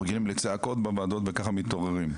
אנחנו רגילים לצעקות בוועדות וככה מתעוררים.